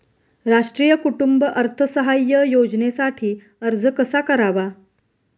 राष्ट्रीय कुटुंब अर्थसहाय्य योजनेसाठी अर्ज कसा करावा?